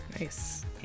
Nice